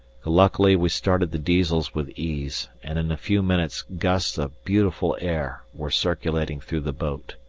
luckily we started the diesels with ease, and in a few minutes gusts of beautiful air were circulating through the boat.